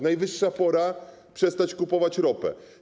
Najwyższa pora przestać kupować ropę.